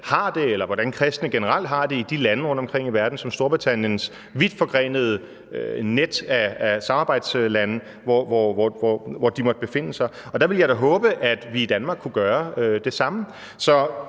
har det, eller hvordan kristne generelt har det i de lande rundtomkring i verden, hvor de end måtte befinde sig i Storbritanniens vidtforgrenede net af samarbejdslande. Og der ville jeg da håbe, at vi i Danmark kunne gøre det samme.